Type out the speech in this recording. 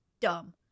dumb